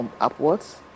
upwards